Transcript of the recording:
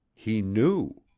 he knew.